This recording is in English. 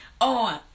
on